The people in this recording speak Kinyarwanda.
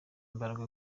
imbaraga